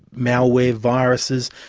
malware, viruses,